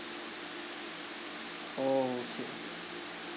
okay